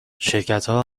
شرکتها